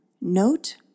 note